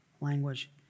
language